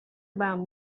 about